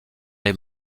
les